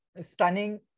stunning